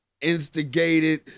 instigated